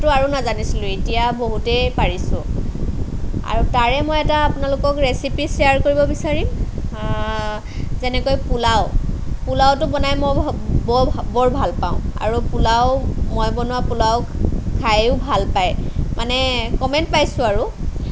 আগতেতো আৰু নাজানিছিলো এতিয়া বহুতেই পাৰিছো আৰু তাৰে মই এটা আপোনালোকক ৰেচিপি শ্বেয়াৰ কৰিব বিচাৰিম যেনেকৈ পোলাও পোলাওটো বনাই মই বৰ ভাল পাওঁ আৰু পোলাও মই বনোৱা পোলাও খাইও ভাল পায় মানে কমেণ্ট পাইছো আৰু